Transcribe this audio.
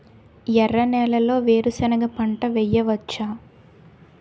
ఎర్ర నేలలో వేరుసెనగ పంట వెయ్యవచ్చా?